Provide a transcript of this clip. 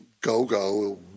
go-go